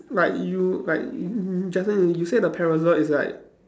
but you but you just now you you said the parasol is like